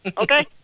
Okay